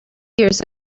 years